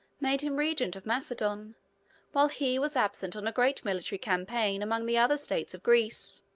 made him regent of macedon while he was absent on a great military campaign among the other states of greece.